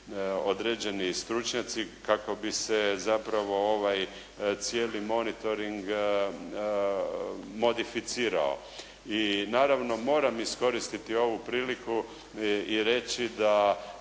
određeni stručnjaci kako bi se zapravo ovaj cijeli monitoring modificirao. I naravno moram iskoristiti ovu priliku i reći da